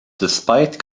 despite